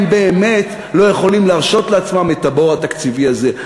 הם באמת לא יכולים להרשות לעצמם את הבור התקציבי הזה.